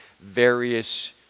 various